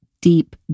deep